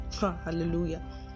hallelujah